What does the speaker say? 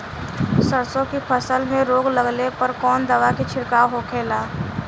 सरसों की फसल में रोग लगने पर कौन दवा के छिड़काव होखेला?